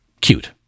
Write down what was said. Cute